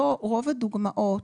פה רוב הדוגמאות,